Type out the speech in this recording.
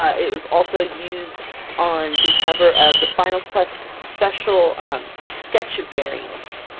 it was also used on the cover of the final quest special um sketch variant.